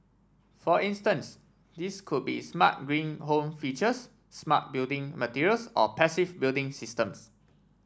for instance these could be smart green home features smart building materials or passive building systems